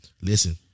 listen